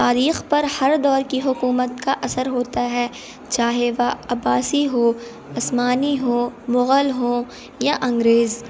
تاریخ پر ہر دور کی حکومت کا اثر ہوتا ہے چاہے وہ عباسی ہو عثمانی ہوں مغل ہوں یا انگریز